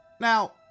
Now